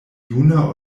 juna